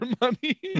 money